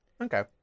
Okay